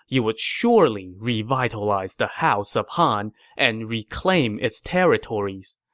you would surely revitalize the house of han and reclaim its territories.